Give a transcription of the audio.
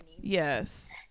Yes